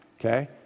okay